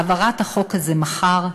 העברת החוק הזה מחר,